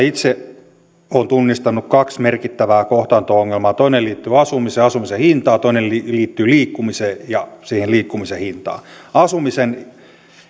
itse olen tunnistanut kaksi merkittävää kohtaanto ongelmaa toinen liittyy asumiseen asumisen hintaan toinen liittyy liikkumiseen ja siihen liikkumisen hintaan asumisen osalta